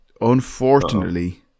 unfortunately